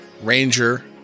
ranger